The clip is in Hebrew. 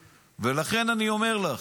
ולכן אני אומר לך,